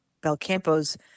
Belcampo's